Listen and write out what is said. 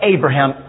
Abraham